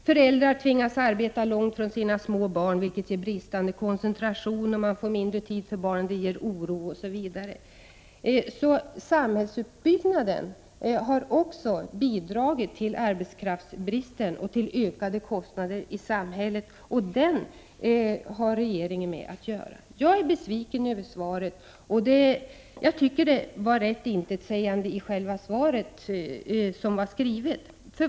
Föräldrar tvingas arbeta långt från sina små barn, vilket ger bristande koncentration, och man får mindre tid för barnen, vilket ger oro. Samhällsuppbyggnaden har också bidragit till arbetskraftsbristen och till ökade kostnader i samhället, och med dem har regeringen att göra. Jag är besviken över svaret. Jag tycker det skriftliga svaret var rätt intetsägande.